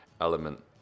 element